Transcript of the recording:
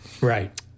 right